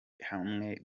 hamwe